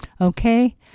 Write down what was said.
Okay